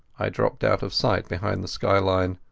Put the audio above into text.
i dropped out of sight behind the sky-line.